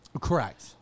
Correct